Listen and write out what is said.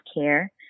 care